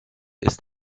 ist